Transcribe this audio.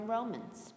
Romans